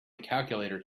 calculator